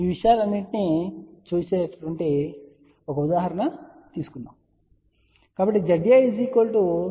ఈ విషయాలన్నింటినీ ఒక్కొక్కటిగా చూడగలిగే ఒక ఉదాహరణ తీసుకుందాం